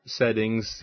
settings